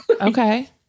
Okay